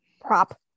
prop